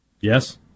Yes